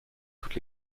toutes